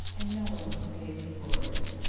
and no one prepares you for it.